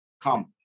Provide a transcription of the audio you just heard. come